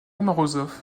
morozov